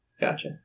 Gotcha